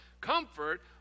comfort